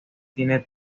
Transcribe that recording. tiene